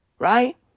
Right